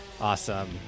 Awesome